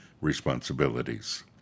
responsibilities